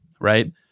right